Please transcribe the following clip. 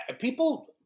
People